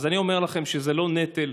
אז אני אומר לכם שזה לא נטל.